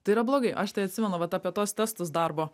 tai yra blogai aš tai atsimenu vat apie tuos testus darbo